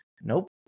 Nope